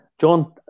John